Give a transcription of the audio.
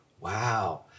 wow